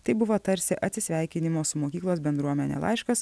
tai buvo tarsi atsisveikinimo su mokyklos bendruomene laiškas